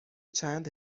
چند